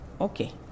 Okay